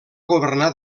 governar